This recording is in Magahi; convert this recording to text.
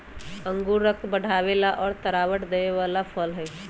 अंगूर रक्त बढ़ावे वाला और तरावट देवे वाला फल हई